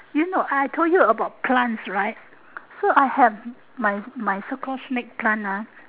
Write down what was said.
you know I told you about plants right so I have my my so called snake plant ah